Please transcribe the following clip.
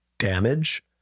damage